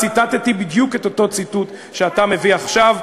ציטטתי בדיוק את אותו ציטוט שאתה מביא עכשיו,